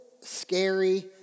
scary